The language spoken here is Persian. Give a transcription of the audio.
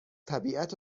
طبیعت